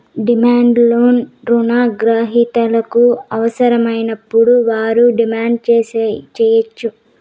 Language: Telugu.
డిమాండ్ లోన్ రుణ గ్రహీతలకు అవసరమైనప్పుడు వారు డిమాండ్ సేయచ్చు